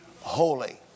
holy